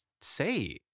say